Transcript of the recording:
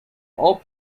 all